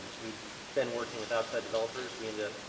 we'd been working with outside developers. we ended up